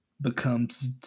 becomes